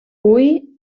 hui